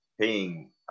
Paying